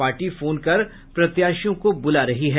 party phone कर प्रत्याशियों को बुला रही है